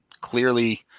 Clearly